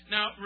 Now